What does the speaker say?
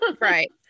Right